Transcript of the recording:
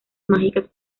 mágicas